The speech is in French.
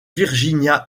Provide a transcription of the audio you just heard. virginia